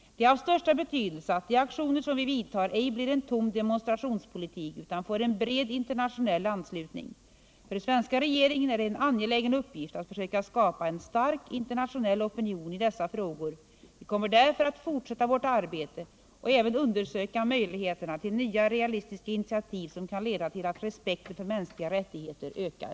Det är av största betydelse att de aktioner som vi vidtar ej blir en tom demonstrationspolitik utan får en bred internationell anslutning. För svenska regeringen är det en angelägen uppgift att försöka skapa en stark internationell opinion i dessa frågor. Vi kommer därför att fortsätta vårt arbete och även undersöka möjligheterna till nya realistiska initiativ som kan leda till att respekten för mänskliga rättigheter ökar.